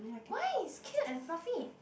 why it's cute and fluffy